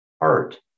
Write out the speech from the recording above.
art